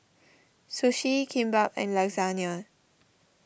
Sushi Kimbap and Lasagne